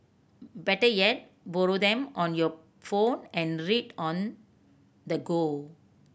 better yet borrow them on your phone and read on the go